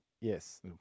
yes